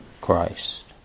Christ